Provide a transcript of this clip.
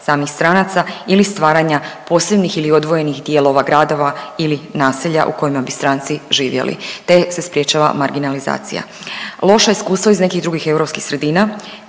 samih stranaca ili stvaranja posebnih ili odvojenih dijelova gradova ili naselja u kojima bi stranci živjeli, te se sprječava marginalizacija. Loša iskustva iz nekih drugih europskih sredina